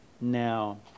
now